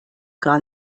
gar